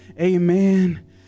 amen